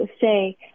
say